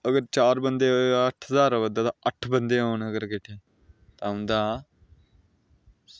अगर चार बंदे दा अट्ठ ज्हार आवा दा ते अगर औन अट्ठ बंदे औन किट्ठे तां उंदा